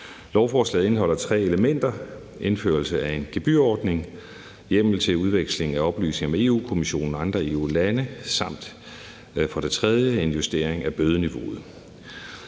Lovforslaget indeholder tre elementer: indførelse af en gebyrordning, hjemmel til udveksling af oplysninger med Europa-Kommissionen og andre EU-lande samt en justering af bødeniveauet.